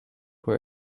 sheep